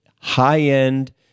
high-end